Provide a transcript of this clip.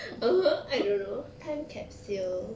(uh huh) I don't know time capsule